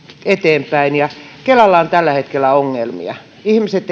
eteenpäin kelalla on tällä hetkellä ongelmia ihmiset